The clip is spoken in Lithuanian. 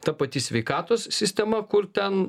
ta pati sveikatos sistema kur ten